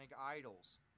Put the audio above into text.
idols